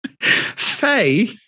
Faye